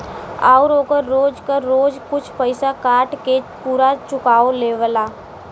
आउर ओकर रोज क रोज कुछ पइसा काट के पुरा चुकाओ लेवला